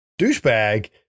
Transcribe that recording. douchebag